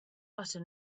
butter